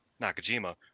nakajima